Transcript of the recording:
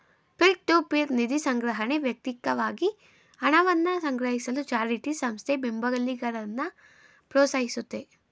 peer to peer ನಿಧಿಸಂಗ್ರಹಣೆ ವ್ಯಕ್ತಿಕವಾಗಿ ಹಣವನ್ನ ಸಂಗ್ರಹಿಸಲು ಚಾರಿಟಿ ಸಂಸ್ಥೆ ಬೆಂಬಲಿಗರನ್ನ ಪ್ರೋತ್ಸಾಹಿಸುತ್ತೆ